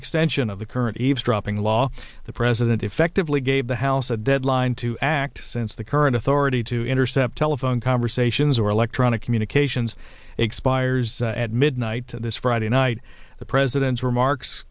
extension of the current eavesdropping law the president effectively gave the house a deadline to act since the current authority to intercept telephone conversations or electronic communications expires at midnight this friday night the president's remarks